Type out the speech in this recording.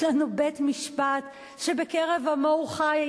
יש לנו בית-משפט שבקרב עמו הוא חי.